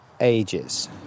ages